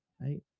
Right